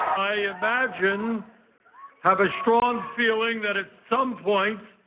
i imagine how the strong feeling that at some point.